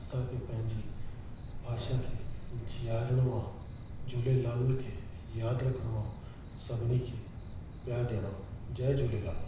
असांखे पंहिंजी भाषा खे जीआरणो आहे झूलेलाल खे यादि रखिणो आहे सभिनी खे प्यारु ॾियणो आहे जय झूलेलाल